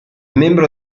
membro